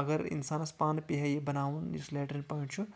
اَگر اِنسانَس پانہٕ پیٚیہِ ہا یہِ بَناوُن یُس لیٹرِن پویٚنٛٹ چھُ